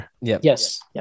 Yes